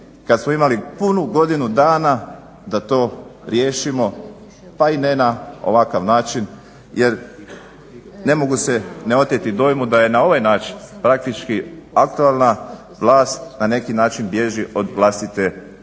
kad smo imali punu godinu dana da to riješimo pa i ne na ovakav način jer ne mogu se ne oteti dojmu da je na ovaj način praktički aktualna vlast na neki način bježi od vlastite